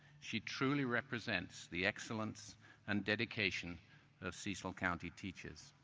she truly represents the excellence and dedication of cecil county teachers.